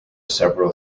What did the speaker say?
several